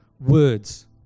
words